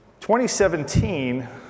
2017